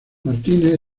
martínez